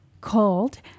called